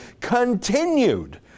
continued